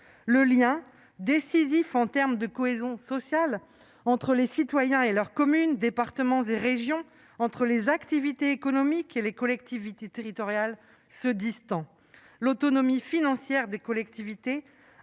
Le lien, décisif pour la cohésion sociale, entre les citoyens et leurs communes, départements et régions, entre les activités économiques et les collectivités territoriales, se distend. L'autonomie financière des collectivités,